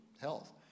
health